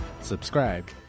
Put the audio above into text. Subscribe